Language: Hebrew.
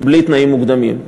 בלי תנאים מוקדמים.